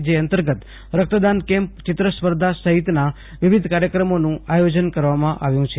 જે અંતર્ગત રક્તદાન કેમ્પચિત્રસ્પર્ધા સહિતના વિવિધ કાર્યક્રમોનું આયોજન કરવામાં આવ્યુ છે